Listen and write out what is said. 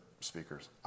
speakers